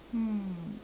hmm